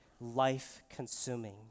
life-consuming